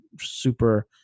super